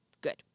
Good